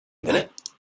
minute